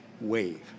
wave